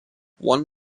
one